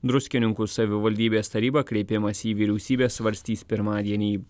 druskininkų savivaldybės taryba kreipimąsi į vyriausybę svarstys pirmadienį